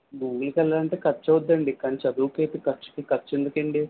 మూవీకి వెళ్ళాలి అంటే ఖర్చు అవుతుంది అండి కానీ చదువుకైతే ఖర్చు ఖర్చు ఎందుకు అండి